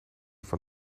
van